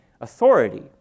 authority